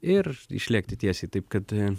ir išlėkti tiesiai taip kad